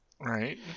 Right